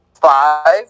five